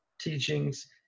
teachings